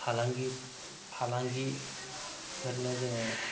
फालांगिफोरनो जोंङो